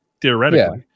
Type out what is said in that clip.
Theoretically